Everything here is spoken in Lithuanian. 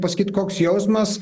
pasakyt koks jausmas